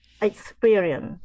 experience